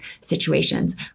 situations